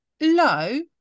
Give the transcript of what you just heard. low